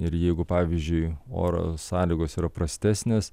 ir jeigu pavyzdžiui oro sąlygos yra prastesnės